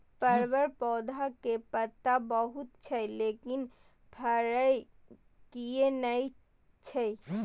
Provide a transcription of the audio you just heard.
परवल पौधा में पत्ता बहुत छै लेकिन फरय किये नय छै?